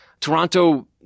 Toronto